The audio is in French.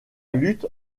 lutte